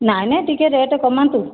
ନାଇଁ ନାଇଁ ଟିକେ ରେଟ୍ କମାନ୍ତୁ